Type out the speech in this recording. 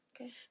Okay